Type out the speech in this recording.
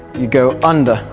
you go under.